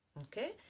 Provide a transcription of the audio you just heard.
Okay